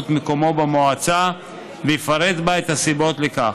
מקומו במועצה ויפרט בה את הסיבות לכך,